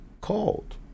called